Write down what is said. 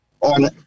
On